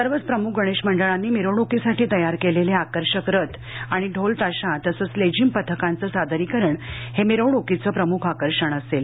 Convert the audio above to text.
सर्वच प्रमुख गणेश मंडळांनी मिरवणुकीसाठी तयार केलेले आकर्षक रथ आणि ढोल ताशा तसच लेझीम पथकांचं सादरीकरण हे मिरवण्कीचं प्रमुख आकर्षण असेल